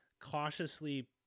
cautiously